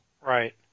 right